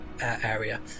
area